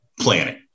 Planning